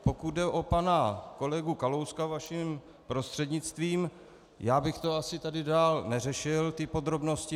Pokud jde o pana kolegu Kalouska vaším prostřednictvím, já bych to tady asi dál neřešil, podrobnosti.